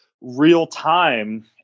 real-time